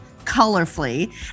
Colorfully